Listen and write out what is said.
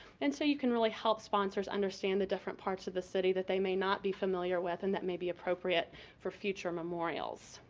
and so, you can really help sponsors understand the different parts of the city that may not be familiar with and that may be appropriate for future memorials.